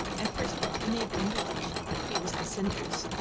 and first reached a neighbouring village it was in cinders,